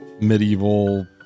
medieval